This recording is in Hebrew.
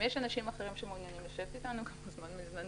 אם יש אנשים אחרים שמעוניינים לשבת איתנו הם מוזמנים.